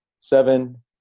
Seven